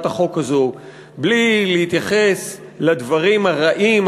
החוק הזאת בלי להתייחס לדברים הרעים,